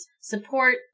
support